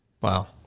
Wow